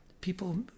people